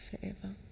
forever